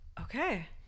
okay